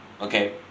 Okay